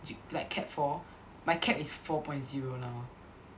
G like CAP four my CAP is four point zero now